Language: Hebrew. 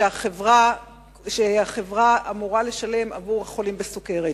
שהחברה אמורה לשלם עבור החולים בסוכרת.